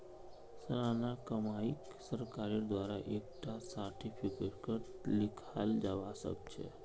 सालाना कमाईक सरकारेर द्वारा एक टा सार्टिफिकेटतों लिखाल जावा सखछे